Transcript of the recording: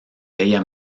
ella